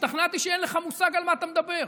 השתכנעתי שאין לך מושג על מה אתה מדבר.